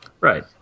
Right